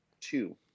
two